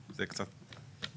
זה קצת תמוה.